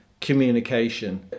communication